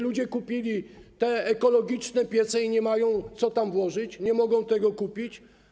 Ludzie kupili ekologiczne piece i nie mają co tam włożyć, nie mogą tego kupić.